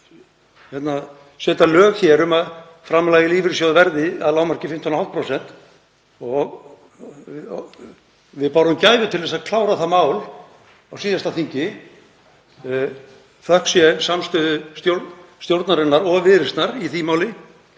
setja lög um að framlag í lífeyrissjóð verði að lágmarki 15,5%. Við bárum gæfu til að klára það mál á síðasta þingi, þökk sé samstöðu stjórnarinnar og Viðreisnar í því máli.